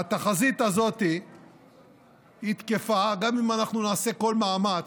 התחזית הזאת תקפה גם אם אנחנו נעשה כל מאמץ,